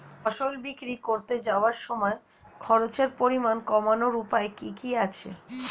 ফসল বিক্রি করতে যাওয়ার সময় খরচের পরিমাণ কমানোর উপায় কি কি আছে?